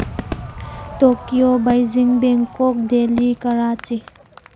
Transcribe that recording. Tokyo Beijing Bangkok Delhi Karachi